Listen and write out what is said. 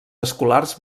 escolars